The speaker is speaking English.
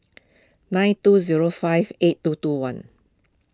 nine two zero five eight two two one